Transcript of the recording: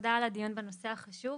תודה על הדיון בנושא החשוב.